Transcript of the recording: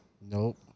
Nope